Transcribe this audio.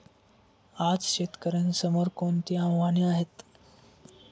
आज शेतकऱ्यांसमोर कोणती आव्हाने आहेत?